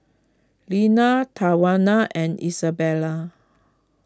Lenna Tawana and Isabela